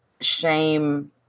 shame